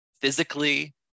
physically